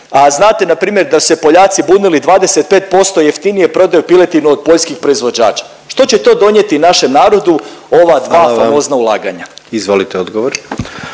A znate npr. da su se Poljaci bunili 25% jeftinije prodaju piletinu od poljskih proizvođača. Što će to donijeti našem narodu ova dva …/Upadica predsjednik: